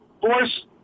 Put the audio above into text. force